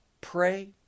Pray